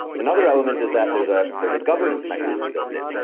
another element is that there's ah there's a governance mechanism built in.